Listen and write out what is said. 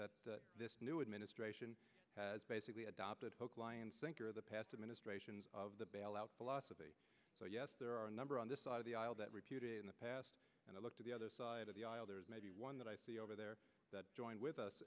that this new administration has basically adopted hook line and sinker the past administrations of the bailout philosophy so yes there are a number on this side of the aisle that repudiate in the past and i look to the other side of the aisle there is maybe one that i see over there that joined with us